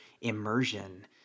immersion